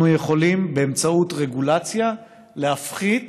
אנחנו יכולים באמצעות רגולציה להפחית